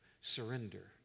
Surrender